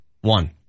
one